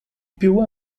più